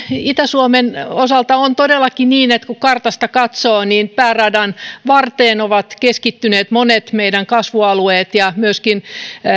itä suomen osalta on todellakin niin että kun kartasta katsoo niin pääradan varteen ovat keskittyneet monet meidän kasvualueemme ja myöskin